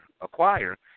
acquire